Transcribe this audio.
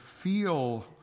feel